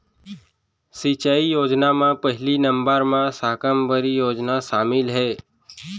सिंचई योजना म पहिली नंबर म साकम्बरी योजना सामिल हे